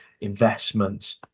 investments